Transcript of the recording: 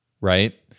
right